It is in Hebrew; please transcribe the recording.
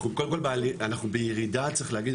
אנחנו בירידה צריך להגיד,